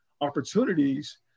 opportunities